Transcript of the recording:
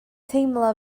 teimlo